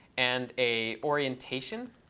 and a orientation.